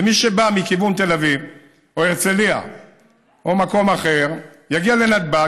ומי שבא מכיוון תל אביב או הרצליה או מקום אחר יגיע לנתב"ג,